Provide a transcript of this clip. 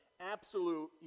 Absolute